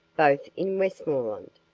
both in westmoreland.